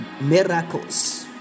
miracles